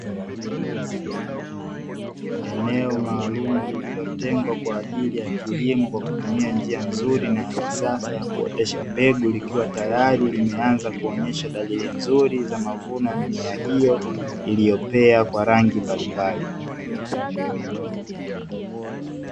Eneo maalumu lililotengwa kwa ajili ya kilimo kwa kutumia njia nzuri na ya kisasa ya kuotesha mbegu likiwa tayari limeanza kuonyesha dalili nzuri za mavuno ya mimea hiyo iliyopea kwa rangi mbalimbali.